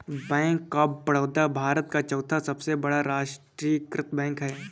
bank of Baroda Bharat का चौथा सबसे बड़ा राष्ट्रीयकृत बैंक है